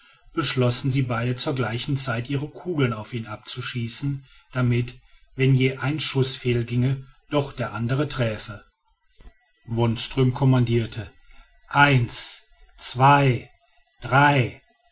beschlossen sie beide zu gleicher zeit ihe kugeln auf ihn abzuschießen damit wenn je ein schuß fehlginge doch der andere träfe wonström kommandierte eins zwei drei